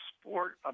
sport